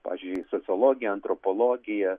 pavyzdžiui sociologija antropologija